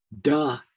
Duh